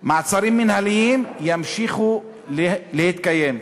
מעצרים מינהליים, ימשיכו להתקיים.